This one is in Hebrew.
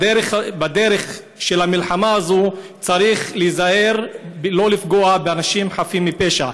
בדרך של המלחמה הזאת צריך להיזהר שלא לפגוע באנשים חפים מפשע,